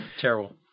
terrible